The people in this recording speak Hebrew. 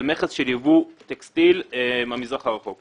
מכס של יבוא טקסטיל מהמזרח הרחוק.